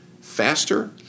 faster